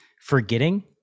forgetting